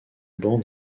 banc